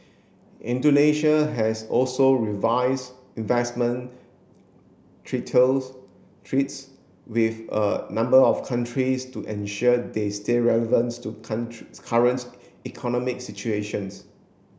Indonesia has also revise investment treats with a number of countries to ensure they stay relevants to current economic situations